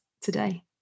today